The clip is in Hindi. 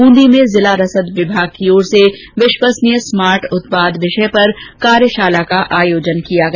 ब्रंदी में जिला रसद विभाग की ओर से विश्वसनीय स्मार्ट उत्पाद विषय पर कार्यशाला का आयोजन किया गया